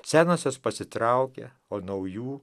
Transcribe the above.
senosios pasitraukė o naujų